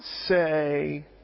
say